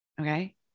Okay